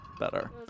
Better